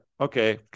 okay